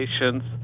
patients